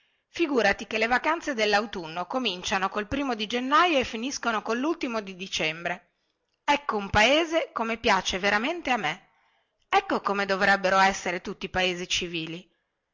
figùrati che le vacanze dellautunno cominciano col primo di gennaio e finiscono collultimo di dicembre ecco un paese come piace veramente a me ecco come dovrebbero essere tutti i paesi civili